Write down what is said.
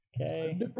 Okay